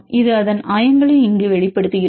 இது அதன் ஆயங்களை இங்கே வெளிப்படுத்துகிறது